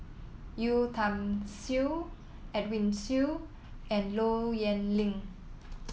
Yeo Tiam Siew Edwin Siew and Low Yen Ling